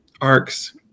arcs